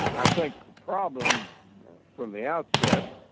i think problem from the outset